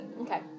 Okay